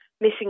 missing